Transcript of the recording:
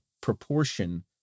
proportion